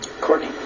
Courtney